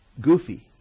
goofy